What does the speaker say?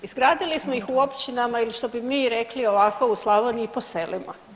Izgradili smo ih u općinama ili što bi mi rekli ovako u Slavoniji po selima.